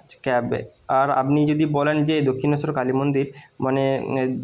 আচ্ছা ক্যাবে আর আপনি যদি বলেন যে দক্ষিণেশ্বর কালী মন্দির মানে